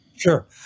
Sure